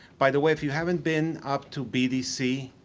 by the way, if you haven't been up to bdc,